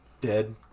Dead